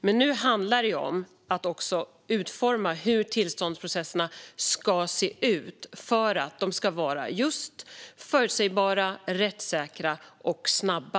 Men nu handlar det om att också utforma hur tillståndsprocesserna ska se ut för att de ska vara just förutsägbara, rättssäkra och snabba.